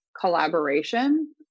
collaboration